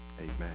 Amen